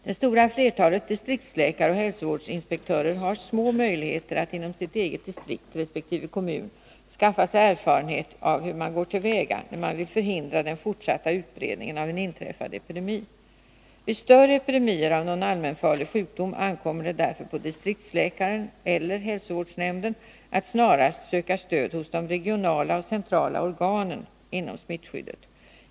Det stora flertalet distriktsläkare och hälsovårdsinspektörer har små möjligheter att inom sitt eget distrikt resp. sin egen kommun skaffa sig erfarenhet av hur man går till väga när man vill förhindra den fortsatta utbredningen av en inträffad epidemi. Vid större epidemier av någon allmänfarlig sjukdom ankommer det därför på distriktsläkaren eller hälsovårdsnämnden att snarast söka stöd hos de regionala och centrala organen inom smittskyddet.